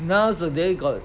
nowadays got